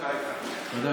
תודה